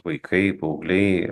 vaikai paaugliai